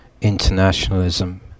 internationalism